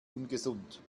ungesund